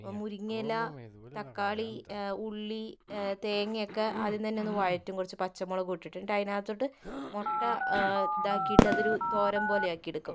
മുരിങ്ങയില തക്കാളി ഉള്ളി തേങ്ങയൊക്കെ ആദ്യം തന്നെ ഒന്ന് വഴറ്റും കുറച്ച് പച്ചമുളകുമിട്ടിട്ട് എന്നിട്ട് അതിനകത്തോട്ട് മുട്ട തോരന് പോലാക്കിയെടുക്കും